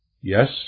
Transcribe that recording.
Yes